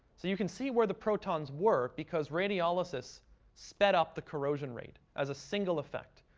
so you can see where the protons were because radiolysis sped up the corrosion rate as a single effect.